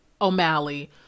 O'Malley